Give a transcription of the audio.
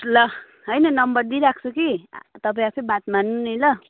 ल होइन नम्बर दिइराख्छु कि तपाईँ आफै बात मार्नु नि ल